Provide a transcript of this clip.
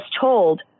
told